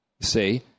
See